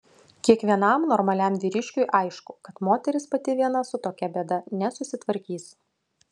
kiekvienam normaliam vyriškiui aišku kad moteris pati viena su tokia bėda nesusitvarkys